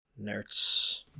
Nerds